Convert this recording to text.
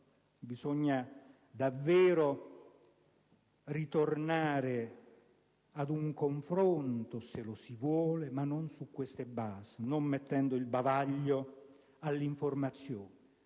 bisogna davvero ritornare ad un confronto, se lo si vuole, ma non su queste basi, non mettendo il bavaglio all'informazione.